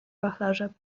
wachlarzem